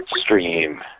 stream